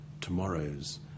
tomorrow's